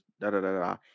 da-da-da-da